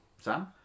Sam